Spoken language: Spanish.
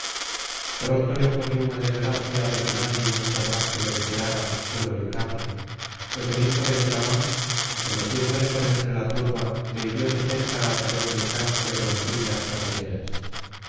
pronto le ocurrió una desgracia de que nadie por más que lo deseara pudo librarle pues el hijo de telamón acometiéndole por entre la turba le hirió de cerca á través del casco de broncíneas carrilleras